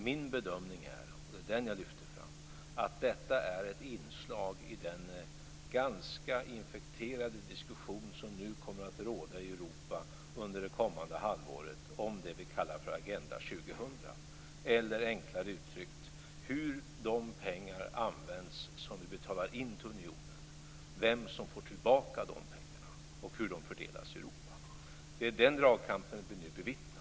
Min bedömning är att detta är ett inslag i den ganska infekterade diskussion som nu kommer att föras i Europa under det kommande halvåret om det som vi kallar för Agenda 2000, eller enklare uttryckt: om hur de pengar används som vi betalar in till unionen, vem som får tillbaka dessa pengar och hur de fördelas i Europa. Det är den dragkampen som vi nu bevittnar.